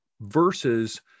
versus